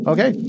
Okay